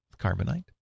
Carbonite